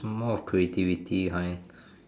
it's more of creativity kind